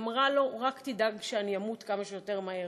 היא אמרה לו: רק תדאג שאני אמות כמה שיותר מהר.